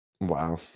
Wow